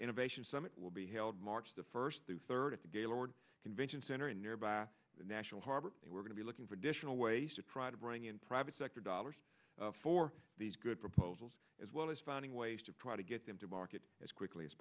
innovation summit will be held march the first two third at the gaylord convention center in nearby national harbor they were going to be looking for additional ways to try to bring in private sector dollars for these good proposals as well as finding ways to try to get them to market as quickly as